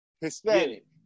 Hispanic